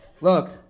look